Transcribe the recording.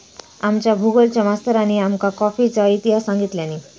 आमच्या भुगोलच्या मास्तरानी आमका कॉफीचो इतिहास सांगितल्यानी